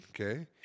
okay